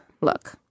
Look